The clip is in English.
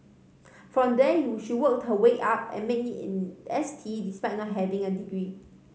from there she worked her way up and made it in S T despite not having a degree